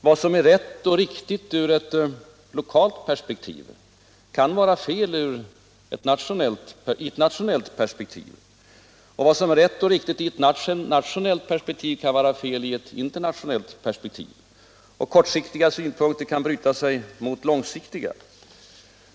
Vad som är rätt och riktigt i ett lokalt perspektiv kan vara fel i ett nationellt perspektiv, och vad som är rätt och riktigt i ett nationellt perspektiv kan vara fel i ett internationellt perspektiv. Kortsiktiga synpunkter kan bryta sig mot långsiktiga.